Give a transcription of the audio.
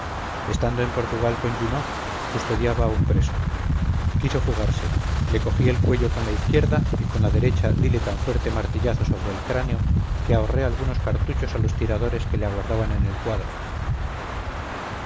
estando en portugal con junot custodiaba a un preso quiso fugarse le cogí el cuello con la izquierda y con la derecha dile tan fuerte martillazo sobre el cráneo que ahorré algunos cartuchos a los tiradores que le aguardaban en el cuadro